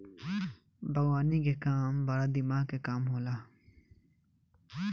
बागवानी के काम बड़ा दिमाग के काम होला